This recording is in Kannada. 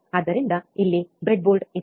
ಆದ್ದರಿಂದ ಇಲ್ಲಿ ಬ್ರೆಡ್ಬೋರ್ಡ್ ಇದೆ